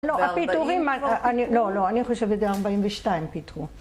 לא, הפיתורים... לא, לא, אני חושבת שהארבעים ושתיים פיתרו.